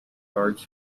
guards